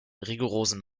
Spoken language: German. rigorosen